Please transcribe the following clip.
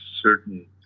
certain